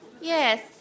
Yes